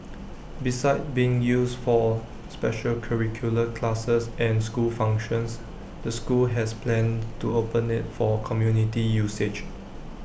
besides being used for special curricular classes and school functions the school has plans to open IT for community usage